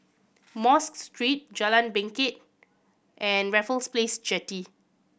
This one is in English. Mosque Street Jalan Bangket and Raffles Place Jetty